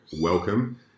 welcome